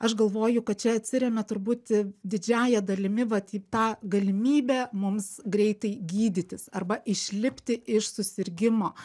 aš galvoju kad čia atsiremia turbūt didžiąja dalimi vat tą galimybę mums greitai gydytis arba išlipti iš susirgimo